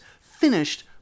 finished